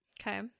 Okay